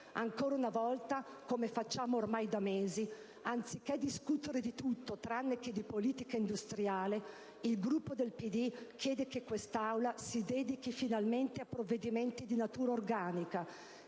Ancora una volta, come facciamo ormai da mesi, anziché discutere di tutto tranne che di politica industriale, il Gruppo del PD chiede che quest'Aula si dedichi finalmente a provvedimenti di natura organica,